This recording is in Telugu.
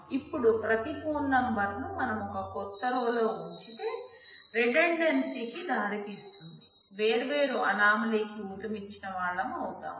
ఇప్పుడు ప్రతి ఫోన్ నంబర్ ను మనం ఒక కొత్త రో లో ఉంచితే రిడండేన్సీ కి దారితీస్తుంది వేర్వేరు అనామలీకి ఊతమిచ్చిన వాళ్ళం అవుతాము